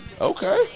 Okay